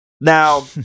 Now